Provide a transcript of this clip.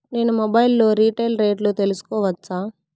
నేను మొబైల్ లో రీటైల్ రేట్లు తెలుసుకోవచ్చా?